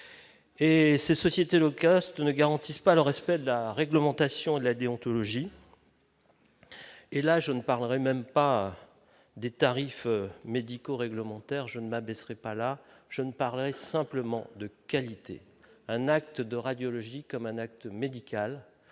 Et ces sociétés locales ne garantissent pas le respect de la réglementation de la déontologie. Et là, je ne parlerai même pas des tarifs médicaux réglementaire, je m'abaisserait pas là, je ne parlerai simplement de qualité, un acte de radiologie comme un acte médical